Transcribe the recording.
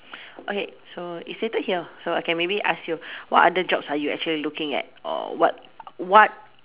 okay so it's stated here so I can maybe ask you what other jobs are you actually looking at or what what